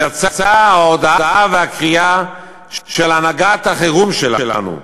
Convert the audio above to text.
יצאה ההודעה והקריאה של הנהגת החירום שלנו,